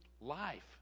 life